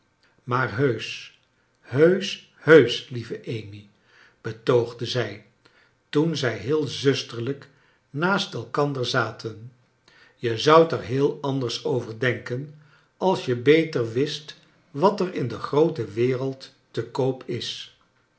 maar heusch heusch lieve amy betoogde zij toen zij heel zusterlijk naast elkander zaten je zoudt er heel anders over denken als je beter wist wat er in de groote wereld te koop is